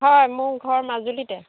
হয় মোৰ ঘৰ মাজুলিতে